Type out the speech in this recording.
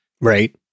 Right